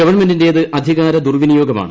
ഗവൺമെന്റിന്റേത് അധികാര ദുർവിനിയോഗമാണ്